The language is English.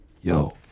yo